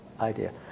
idea